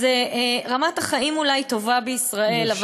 אז רמת החיים אולי טובה בישראל,